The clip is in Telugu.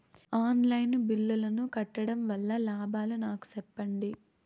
ఆన్ లైను బిల్లుల ను కట్టడం వల్ల లాభాలు నాకు సెప్పండి?